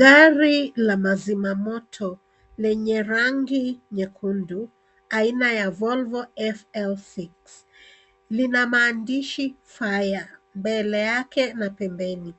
Gari la mazima moto lenye rangi nyekundu, aina ya Volvo FL6. Lina maandishi Fire mbele yake na pembeni,